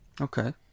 Okay